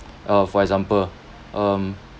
uh for example um